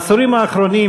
בעשורים האחרונים,